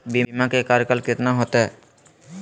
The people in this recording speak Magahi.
बीमा के कार्यकाल कितना होते?